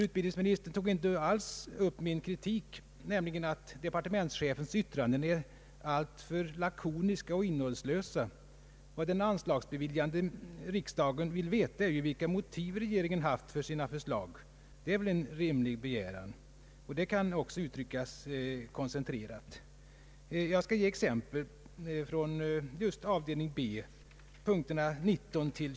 Utbildningsministern tog inte alls upp min kritik som innebar att departementschefens yttrande är alltför lakoniska och innehållslösa. Vad den anslagsbeviljande riksdagen vill veta är ju vilka motiv som regeringen har haft för sina förslag. Det är väl en rimlig begäran. Motiveringar kan också uttryckas på ett koncentrerat sätt. Jag skall ge några exempel på departementschefsanföranden i utbildningsdepartementets huvudtitel just under avdelning B, punkterna 19—29.